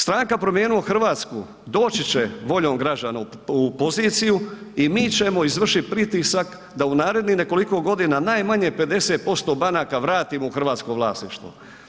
Stranka Promijenimo Hrvatsku doći će voljom građana u poziciju i mi ćemo izvršiti pritisak da u narednih nekoliko godina najmanje 50% banaka vratimo u hrvatsko vlasništvo.